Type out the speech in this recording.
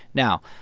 now,